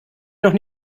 noch